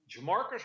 Jamarcus